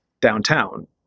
downtown